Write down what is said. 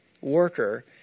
worker